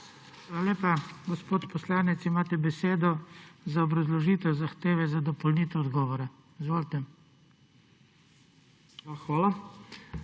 Hvala lepa. Gospa poslanka, imate besedo za obrazložitev zahteve za dopolnitev odgovora. VIOLETA TOMIĆ